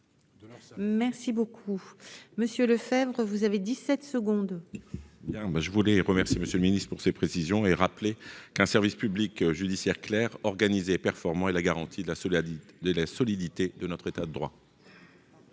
Merci beaucoup, Monsieur Lefebvre, vous avez 17 secondes. Bien moi je voulais remercier monsieur le Ministre, pour ces précisions et rappelé qu'un service public judiciaire clair organisé performant et la garantie de la cela dit de la solidité de notre État de droit.